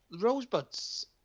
Rosebud's